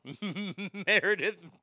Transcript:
Meredith